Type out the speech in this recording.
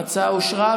ההצעה אושרה,